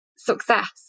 success